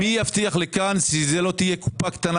מי יבטיח לי כאן שזאת לא תהיה קופה קטנה